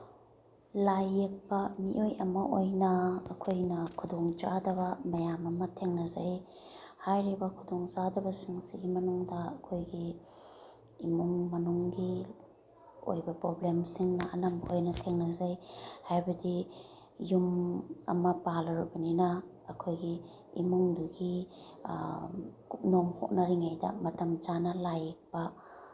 ꯂꯥꯏ ꯌꯦꯛꯄ ꯃꯤꯑꯣꯏ ꯑꯃ ꯑꯣꯏꯅ ꯑꯩꯈꯣꯏꯅ ꯈꯨꯗꯣꯡꯆꯥꯗꯕ ꯃꯌꯥꯝ ꯑꯃ ꯊꯦꯡꯅꯖꯩ ꯍꯥꯏꯔꯤꯕ ꯈꯨꯗꯣꯡꯆꯥꯗꯕꯁꯤꯡꯁꯤꯒꯤ ꯃꯅꯨꯡꯗ ꯑꯩꯈꯣꯏꯒꯤ ꯏꯃꯨꯡ ꯃꯅꯨꯡꯒꯤ ꯑꯣꯏꯕ ꯄ꯭ꯔꯣꯕ꯭ꯂꯦꯝꯁꯤꯡꯅ ꯑꯅꯝꯕ ꯑꯣꯏꯅ ꯊꯦꯡꯅꯖꯩ ꯍꯥꯏꯕꯗꯤ ꯌꯨꯝ ꯑꯃ ꯄꯥꯜꯂꯨꯔꯕꯅꯤꯅ ꯑꯩꯈꯣꯏꯒꯤ ꯏꯃꯨꯡꯗꯨꯒꯤ ꯀꯨꯞꯅꯣꯝ ꯍꯣꯠꯅꯔꯤꯉꯩꯗ ꯃꯇꯝ ꯆꯥꯅ ꯂꯥꯏ ꯌꯦꯛꯄ